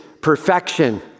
perfection